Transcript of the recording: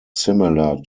similar